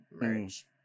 merge